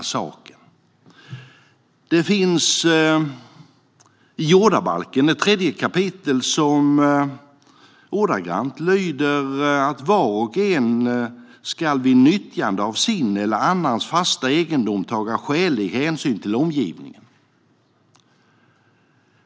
I 3 kap. jordabalken står det ordagrant: "Var och en skall vid nyttjande av sin eller annans fasta egendom taga skälig hänsyn till omgivningen."